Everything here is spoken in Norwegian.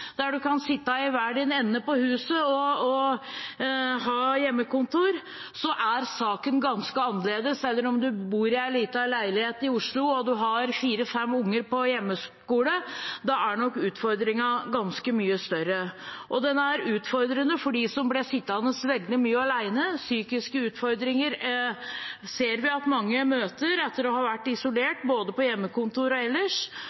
der en kan sitte i hver sin ende av huset og ha hjemmekontor, er saken ganske annerledes enn om en bor i en liten leilighet i Oslo og har fire–fem unger på hjemmeskole. Da er nok utfordringen ganske mye større. Det er også utfordrende for dem som blir sittende veldig mye alene. Psykiske utfordringer ser vi at mange møter etter å ha vært isolert både på hjemmekontor og ellers.